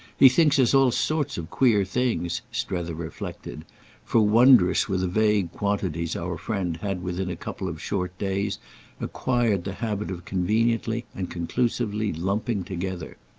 he thinks us all sorts of queer things, strether reflected for wondrous were the vague quantities our friend had within a couple of short days acquired the habit of conveniently and conclusively lumping together.